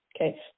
okay